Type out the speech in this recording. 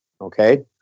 Okay